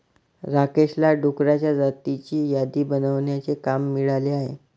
राकेशला डुकरांच्या जातींची यादी बनवण्याचे काम मिळाले आहे